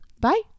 Bye